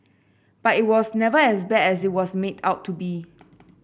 but it was never as bad as it was made out to be